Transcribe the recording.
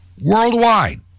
worldwide